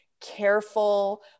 careful